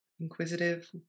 Inquisitive